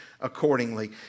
accordingly